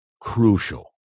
crucial